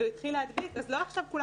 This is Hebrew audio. שיתחיל להדביק אז לא עכשיו כולם